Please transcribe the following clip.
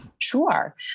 Sure